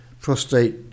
prostate